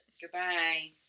goodbye